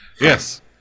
Yes